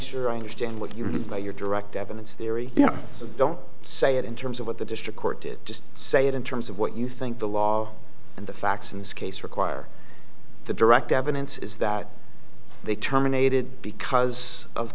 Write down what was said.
sure i understand what you say your direct evidence dearie don't say it in terms of what the district court did just say it in terms of what you think the law and the facts in this case require the direct evidence is that they terminated because of